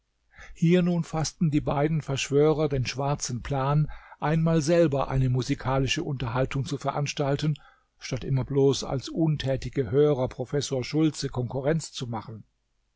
hier nun faßten die beiden verschwörer den schwarzen plan einmal selber eine musikalische unterhaltung zu veranstalten statt immer bloß als untätige hörer professor schultze konkurrenz zu machen